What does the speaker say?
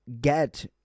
get